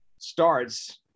starts